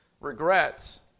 regrets